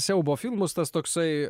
siaubo filmus tas toksai